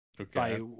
Okay